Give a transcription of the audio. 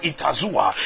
Itazua